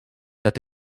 that